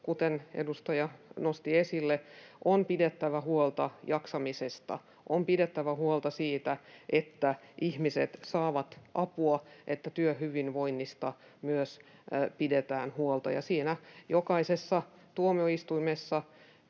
kuin edustaja nosti esille: on pidettävä huolta jaksamisesta, on pidettävä huolta siitä, että ihmiset saavat apua, on pidettävä huolta myös työhyvinvoinnista. Ja siinä pitää jokaisessa tuomioistuimessa